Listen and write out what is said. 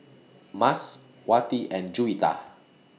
Mas Wati and Juwita